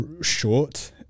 short